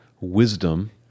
wisdom